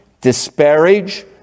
disparage